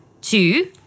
Two